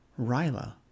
Ryla